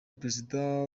prezida